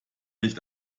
nicht